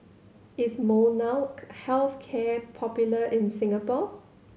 is Molnylcke Health Care popular in Singapore